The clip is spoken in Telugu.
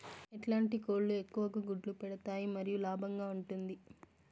ఎట్లాంటి కోళ్ళు ఎక్కువగా గుడ్లు పెడతాయి మరియు లాభంగా ఉంటుంది?